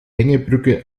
hängebrücke